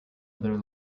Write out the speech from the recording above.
other